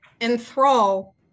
enthrall